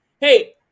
Hey